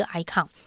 icon